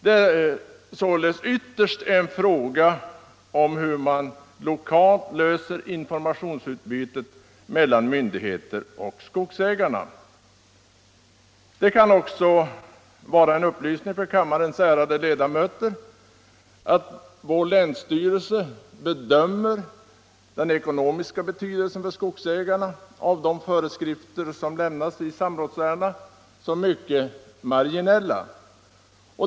Det är således ytterst en fråga om hur man lokalt löser frågan om informationsutbytet mellan myndigheter och skogsägare. Det kan också vara en upplysning för kammarens ärade ledamöter att vår länsstyrelse bedömer den ekonomiska betydelsen för skogsägarna av de föreskrifter som lämnas i samrådsärendena som mycket marginell.